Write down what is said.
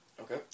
Okay